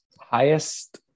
highest